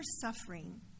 suffering